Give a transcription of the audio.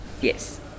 Yes